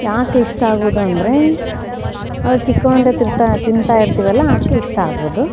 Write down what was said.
ಯಾಕೆ ಇಷ್ಟ ಆಗುವುದು ಅಂದರೆ ಅದು ಚಿಕ್ಕವನಿಂದ ತಿರ್ತಾ ತಿಂತಾಯಿರ್ತೀವಲ್ಲ ಅದಕ್ಕೆ ಇಷ್ಟ ಆಗೋದು